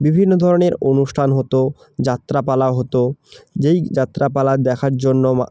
বিভিন্ন ধরনের অনুষ্ঠান হতো যাত্রাপালা হতো যেই যাত্রাপালা দেখার জন্য মা